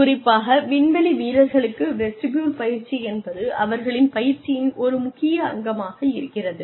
குறிப்பாக விண்வெளி வீரர்களுக்கு வெஸ்டிபுல் பயிற்சி என்பது அவர்களின் பயிற்சியின் ஒரு முக்கிய அங்கமாக இருக்கிறது